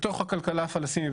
בתוך הכלכלה הפלסטינית,